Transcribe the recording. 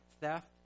theft